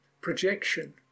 Projection